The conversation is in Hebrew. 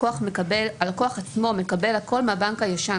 הלקוח עצמו מקבל מהבנק הישן,